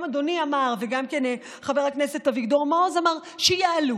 גם אדוני אמר וגם חבר הכנסת אביגדור מעוז אמר: שיעלו.